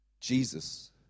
Jesus